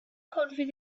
confident